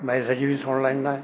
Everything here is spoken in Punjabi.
ਮੈਸੇਜ ਵੀ ਸੁਣ ਲੈਂਦਾ